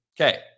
Okay